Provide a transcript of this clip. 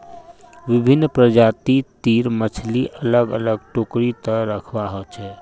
विभिन्न प्रजाति तीर मछली अलग अलग टोकरी त रखवा हो छे